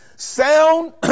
sound